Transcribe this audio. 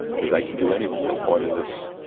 cause i can do anything. i'm part of this.